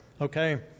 Okay